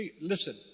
listen